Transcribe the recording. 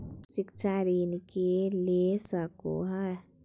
शिक्षा ऋण के ले सको है?